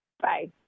Bye